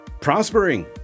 prospering